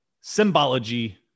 Symbology